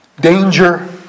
danger